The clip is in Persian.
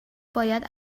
باید